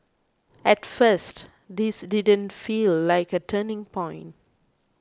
at first this didn't feel like a turning point